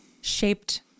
shaped